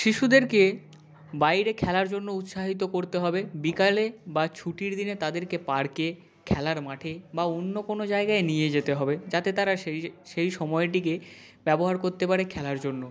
শিশুদেরকে বাইরে খেলার জন্য উৎসাহিত করতে হবে বিকালে বা ছুটির দিনে তাদেরকে পার্কে খেলার মাঠে বা অন্য কোনো জায়গায় নিয়ে যেতে হবে যাতে তারা সেই সেই সময়টিকে ব্যবহার করতে পারে খেলার জন্য